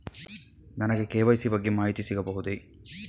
ನನಗೆ ಕೆ.ವೈ.ಸಿ ಬಗ್ಗೆ ಮಾಹಿತಿ ಸಿಗಬಹುದೇ?